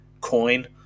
coin